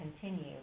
continue